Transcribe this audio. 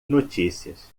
notícias